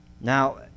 now